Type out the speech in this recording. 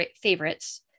favorites